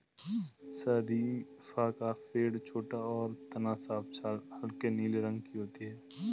शरीफ़ा का पेड़ छोटा और तना साफ छाल हल्के नीले रंग की होती है